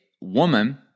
woman